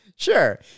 Sure